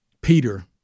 Peter